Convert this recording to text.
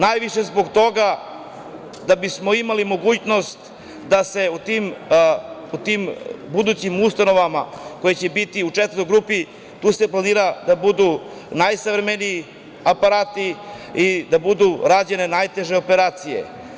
Najviše zbog toga da bismo imali mogućnost da se u tim budućim ustanovama, koje će biti u četvrtoj grupi, tu se planira da budu najsavremeniji aparati i da budu rađene najteže operacije.